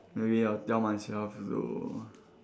maybe I'll tell myself to